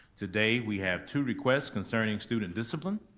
today we have two requests concerning student discipline.